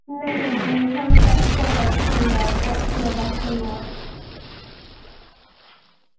नेईं नेईं नेईं थुआनूं बेस्ट कोला बेस्ट थ्होई जाह्ग बेस्ट कोला बेस्ट थ्होई जाह्ग